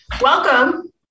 Welcome